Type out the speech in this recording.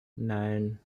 nein